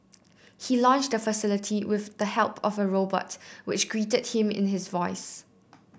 he launched the facility with the help of a robot which greeted him in his voice